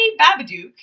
Babadook